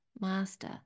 Master